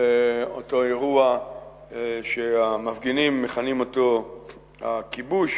לאותו אירוע שהמפגינים מכנים אותו הכיבוש,